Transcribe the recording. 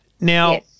Now